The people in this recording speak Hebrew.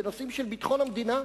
בנושאים של ביטחון המדינה.